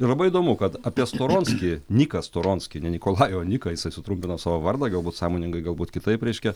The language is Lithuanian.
ir labai įdomu kad apie storonskį niką storonskį ne nikolajų niką jisai sutrumpino savo vardą galbūt sąmoningai galbūt kitaip reiškia